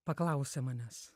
paklausė manęs